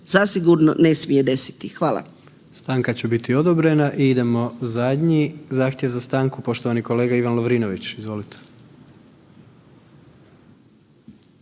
**Jandroković, Gordan (HDZ)** Stanka će biti odobrena i idemo zadnji zahtjev za stanku, poštovani kolega Ivan Lovrinović. Izvolite.